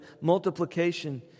multiplication